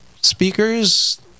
speakers